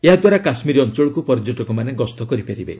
ଏହାଦ୍ୱାରା କାଶୁୀର ଅଞ୍ଚଳକ୍ତ ପର୍ଯ୍ୟଟକମାନେ ଗସ୍ତ କରିପାରିବେ